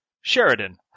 Sheridan